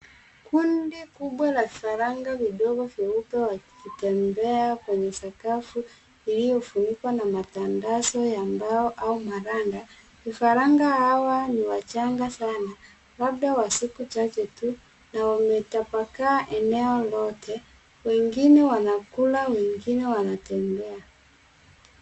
Kundi kubwa la vifaranga weupe wakitembea kwenye sakafu iliyofunkwa na matandazo ya mbao au maranda. Vifaranga hawa ni wachanga sana labda wa siku chache tu na wametapakaa eneo lote, wengine wanakula, wengine wanatembea.